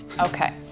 Okay